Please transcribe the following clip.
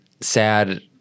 sad